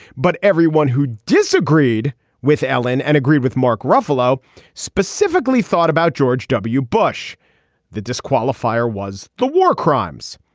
but everyone who disagreed with alan and agreed with mark ruffalo specifically thought about george w. bush the disqualifier was the war crimes.